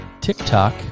TikTok